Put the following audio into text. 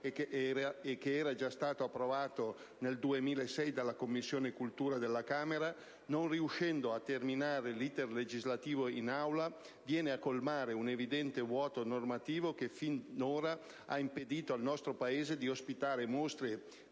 e che era stato già approvato nel 2006 dalla Commissione cultura della Camera, non riuscendo a terminare l'*iter* legislativo in Aula - viene a colmare un evidente vuoto normativo che ha finora impedito al nostro Paese di ospitare mostre